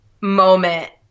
moment